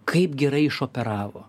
kaip gerai išoperavo